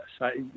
Yes